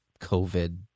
COVID